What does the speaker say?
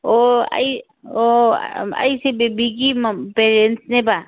ꯑꯣ ꯑꯩ ꯑꯣ ꯑꯩꯁꯦ ꯕꯦꯕꯤꯒꯤ ꯄꯦꯔꯦꯟꯁꯅꯦꯕ